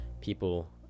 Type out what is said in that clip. people